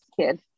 kid